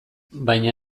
baina